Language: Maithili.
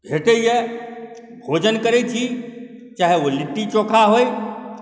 भेटैए भोजन करैत छी चाहे ओ लिट्टी चोखा होइ